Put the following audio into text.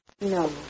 No